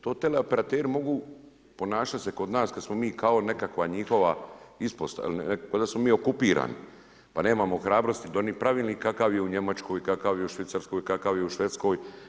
To teleoperateri mogu ponašati se kod nas kad smo mi kao nekakva njihova ispostava, ko da smo okupirani, pa nemamo hrabrosti donijeti Pravilnik kakav je u Njemačkoj, kakav je u Švicarskoj, kakav je u Švedskoj.